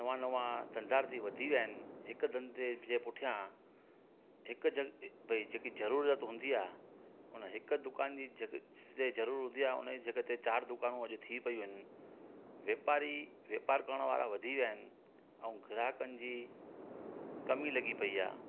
नवा नवा तंदारती वधी विया आहिनि हिकु धंधे जे पुठिया हिकु भई जेकी जरूरत हूंदी आहे उन हिकु दुकानु जी जॻह जरूर हूंदी आहे उन जॻह ते चारि दुकान थी पियूं आहिनि वापारी वापार करण वारा वधी विया आहिनि ऐं ग्राहकनि जी कमी लॻी पई आहे